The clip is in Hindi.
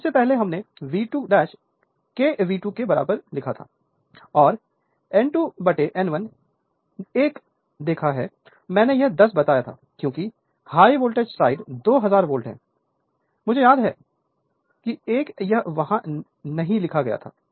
और इससे पहले हमने V2 k V2 and N2 by N2 1 देखा है मैंने यह 10 बताया क्योंकि high voltage side voltage 2000 volt है मुझे याद है कि एक यह वहां नहीं लिखा गया था